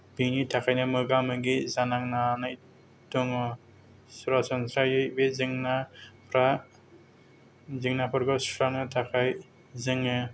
बेनि थाखायनो मोगा मोगि जानांनानै दङ सरासनस्रायै बे जेंनाफ्रा जेंनाफोरखौ सुस्रांनो थाखाय जोङो